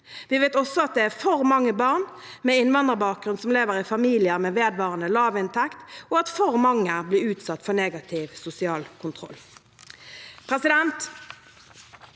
Vi vet også at det er for mange barn med innvandrerbakgrunn som lever i familier med vedvarende lavinntekt, og at for mange blir utsatt for negativ sosial kontroll.